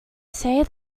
say